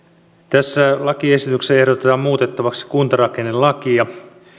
tässä lakiesityksessä ehdotetaan muutettavaksi kuntarakennelakia